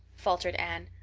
faltered anne.